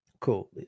cool